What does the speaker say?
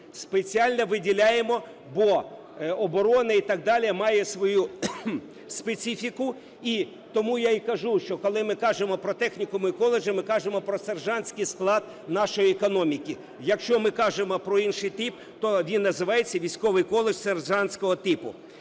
Спеціально виділяємо, бо оборона і так далі має свою специфіку. І тому я і кажу, що коли ми кажемо про технікуми, коледжі, ми кажемо про сержантський склад нашої економіки. Якщо ми кажемо про інший тип, то він називається "військовий коледж сержантського типу".